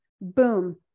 Boom